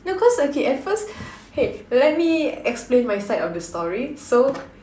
no cause okay at first !hey! let me explain my side of the story